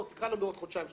תקרא לנו עוד חודשיים,